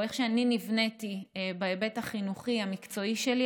או איך שאני נבניתי בהיבט החינוכי המקצועי שלי,